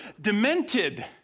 demented